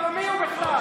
למה מי הוא בכלל?